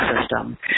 system